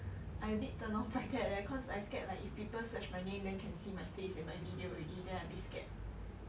I a bit turn off by that leh cause I scared like if people search my name then can see my face and my video already then I a bit scared